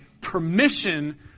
permission